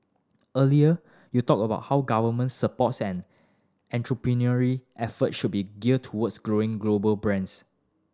earlier you talked about how government supports and entrepreneurial effort should be geared towards growing global brands